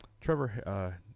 Trevor